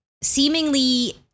seemingly